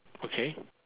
okay